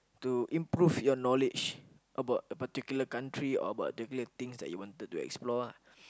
to improve your knowledge about a particular country or about the things that you wanted to explore ah